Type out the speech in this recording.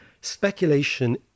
speculation